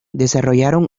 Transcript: desarrollaron